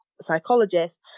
psychologist